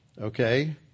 Okay